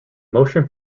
motion